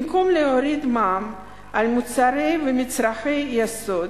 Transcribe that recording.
במקום להוריד מע"מ על מוצרי ומצרכי יסוד,